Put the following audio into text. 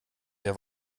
wer